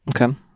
Okay